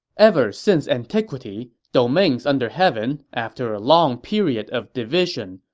ever since antiquity, domains under heaven, after a long period of division,